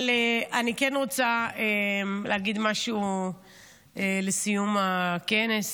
אבל אני כן רוצה להגיד משהו לסיום הכנס,